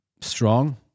strong